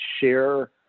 share